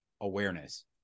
awareness